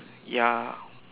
ya